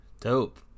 Dope